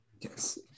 Yes